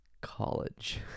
college